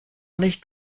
nicht